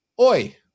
Oi